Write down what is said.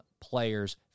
players